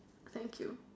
thank you